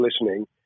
listening